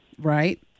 Right